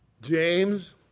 James